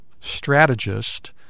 strategist